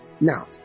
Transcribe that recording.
now